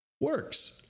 works